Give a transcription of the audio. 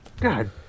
God